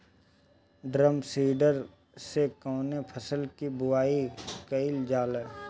Drum seeder से कवने फसल कि बुआई कयील जाला?